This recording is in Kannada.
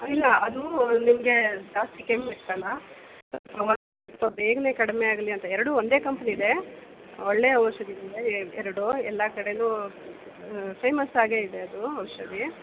ಇಲ್ಲ ಅದು ನಿಮಗೆ ಜಾಸ್ತಿ ಕೆಮ್ಮು ಇತ್ತಲ್ಲ ಬೇಗನೆ ಕಡಿಮೆ ಆಗಲಿ ಅಂತ ಎರಡೂ ಒಂದೇ ಕಂಪ್ನಿದೇ ಒಳ್ಳೆಯ ಔಷಧಿನೇ ಎರಡೂ ಎಲ್ಲ ಕಡೆನು ಫೇಮಸ್ಸಾಗೆ ಇದೆ ಅದು ಔಷಧಿ